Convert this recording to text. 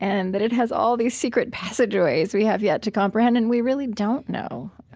and that it has all these secret passageways we have yet to comprehend, and we really don't know